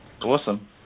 Awesome